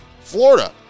Florida